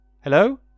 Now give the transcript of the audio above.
Hello